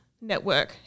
network